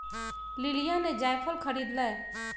लिलीया ने जायफल खरीद लय